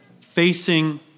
facing